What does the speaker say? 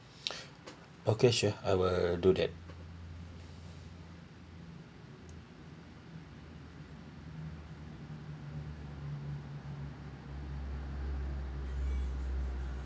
okay sure I will do that